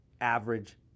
average